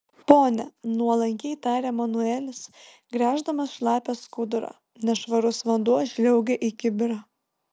pone nuolankiai tarė manuelis gręždamas šlapią skudurą nešvarus vanduo žliaugė į kibirą